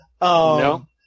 No